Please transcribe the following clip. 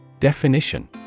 Definition